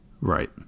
Right